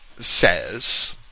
says